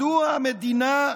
מדוע המדינה,